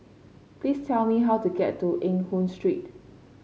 please tell me how to get to Eng Hoon Street